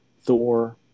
Thor